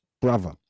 brother